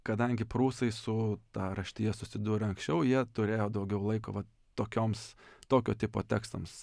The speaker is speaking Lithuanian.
kadangi prūsai su ta raštija susidūrė anksčiau jie turėjo daugiau laiko vat tokioms tokio tipo tekstams